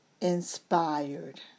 inspired